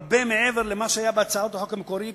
הרבה מעבר למה שהיה בהצעת החוק המקורית,